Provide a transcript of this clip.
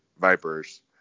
Vipers